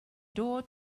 door